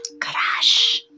Crush